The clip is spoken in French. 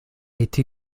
été